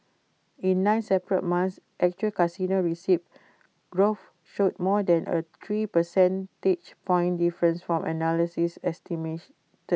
in nine separate months actual casino receipts growth showed more than A three percentage point difference from analyst estimates